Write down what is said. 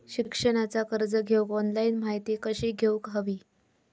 शिक्षणाचा कर्ज घेऊक ऑनलाइन माहिती कशी घेऊक हवी?